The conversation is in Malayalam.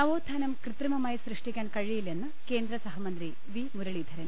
നവോത്ഥാനം കൃത്രിമമായി സൃഷ്ടിക്കാൻ കഴിയില്ലെന്ന് കേന്ദ്രസഹമന്ത്രി വി മുരളീധരൻ